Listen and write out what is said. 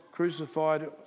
Crucified